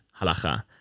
halacha